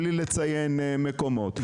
בלי לציין מקומות.